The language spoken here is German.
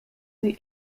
sie